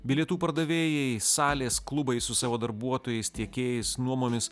bilietų pardavėjai salės klubai su savo darbuotojais tiekėjais nuomomis